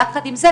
יחד עם זה,